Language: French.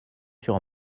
sur